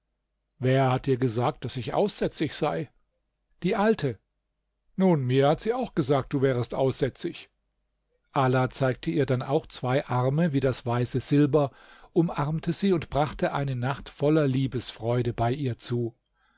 wer hat dir gesagt daß ich aussätzig sei die alte nun mir hat sie auch gesagt du wärest aussätzig ala zeigte ihr dann auch zwei arme wie das weiße silber umarmte sie und brachte eine nacht voller liebesfreude bei ihr zu